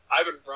Ivan